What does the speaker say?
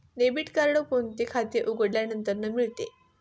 Debit card कोणते खाते उघडल्यानंतर मिळते?